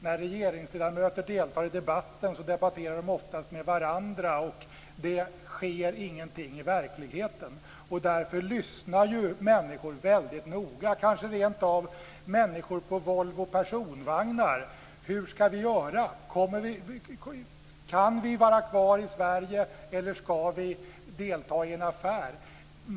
När regeringsledamöter deltar i debatten debatterar de oftast med varandra, och det sker ingenting i verkligheten. Därför lyssnar människor väldigt noga, kanske rentav människor på Volvo Personvagnar: Hur skall vi göra? Kan vi vara kvar i Sverige, eller skall vi delta i en affär?